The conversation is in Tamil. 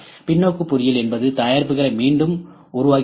பின்னோக்கு பொறியியல் என்பது தயாரிப்புகளை மீண்டும் உருவாக்குகிறது